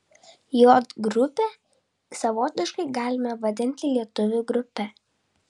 j grupę savotiškai galime vadinti lietuvių grupe